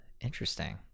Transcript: Interesting